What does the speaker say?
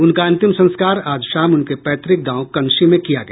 उनका अंतिम संस्कार आज शाम उनके पैतृक गांव कंशी में किया गया